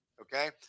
Okay